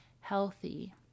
healthy